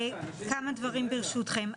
כמה דברים ברשותכם,